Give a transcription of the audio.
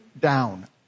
down